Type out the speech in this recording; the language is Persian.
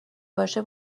باشه